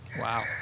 Wow